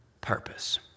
purpose